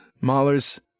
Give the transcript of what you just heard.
Mahler's